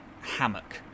hammock